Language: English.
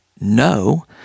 no